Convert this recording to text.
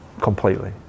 completely